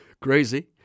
Crazy